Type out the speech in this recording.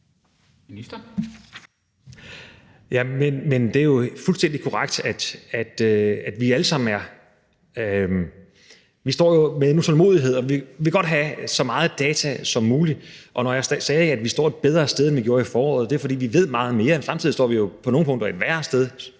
Heunicke): Det er fuldstændig korrekt. Vi står jo alle sammen med en utålmodighed, og vi vil godt have så meget data som muligt, og når jeg siger, at vi står et bedre sted, end vi gjorde i foråret, er det, fordi vi ved meget mere. Men samtidig står vi jo på nogle punkter et værre sted,